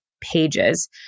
pages